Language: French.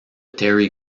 terry